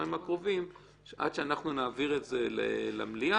שבשבוע-שבועיים הקרובים עד שאנחנו נעביר את זה למליאה,